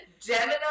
Gemini